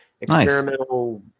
experimental